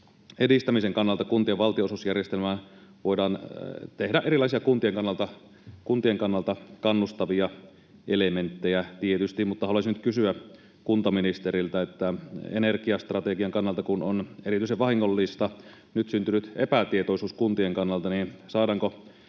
edistämisen kannalta kuntien valtionosuusjärjestelmään voidaan tehdä erilaisia kuntien kannalta kannustavia elementtejä tietysti, mutta haluaisin nyt kysyä kuntaministeriltä: energiastrategian kannalta kun on erityisen vahingollista nyt syntynyt epätietoisuus kuntien kannalta, saadaanko